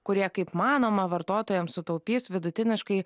kurie kaip manoma vartotojams sutaupys vidutiniškai